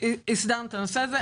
הסדרנו את הנושא הזה.